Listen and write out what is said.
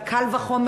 קל וחומר